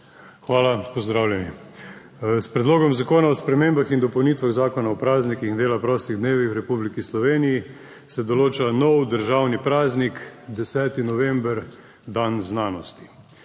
Hvala. Pozdravljeni! S Predlogom zakona o spremembah in dopolnitvah Zakona o praznikih in dela prostih dnevih v Republiki Sloveniji se določa nov državni praznik, 10. november, dan znanosti.